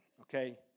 okay